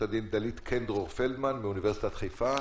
הדין דלית קן דרור פלדמן מאוניברסיטת חיפה.